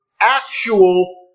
actual